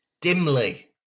Dimly